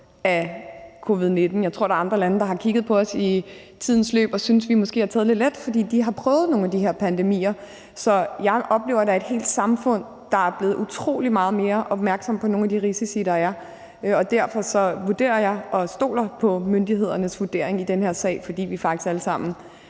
af covid-19. Jeg tror, der er andre lande, der har kigget på os i tidens løb og måske har syntes, at vi har taget det lidt let, fordi de har prøvet nogle af de her pandemier. Så jeg oplever da, at der er et helt samfund, der er blevet utrolig meget mere opmærksom på nogle af de risici, der er, og derfor stoler jeg på myndighedernes vurdering i den her sag. For vi har faktisk alle sammen